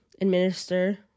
administer